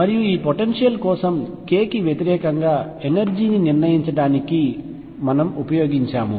మరియు ఈ పొటెన్షియల్ కోసం k కి వ్యతిరేకంగా ఎనర్జీ ని నిర్ణయించడానికి మనము ఉపయోగించాము